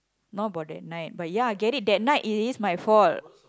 not about that night but ya get it that night it is my fault